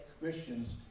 Christians